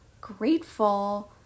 grateful